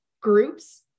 groups